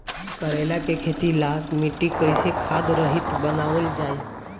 करेला के खेती ला मिट्टी कइसे खाद्य रहित बनावल जाई?